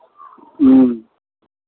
ह्म्म